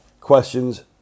questions